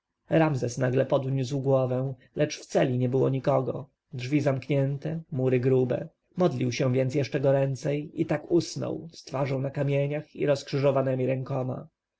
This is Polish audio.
ramzes nagle podniósł głowę lecz w celi nie było nikogo drzwi zamknięte mury grube modlił się więc jeszcze goręcej i tak usnął z twarzą na kamieniach i rozkrzyżowanemi rękoma